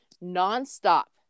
non-stop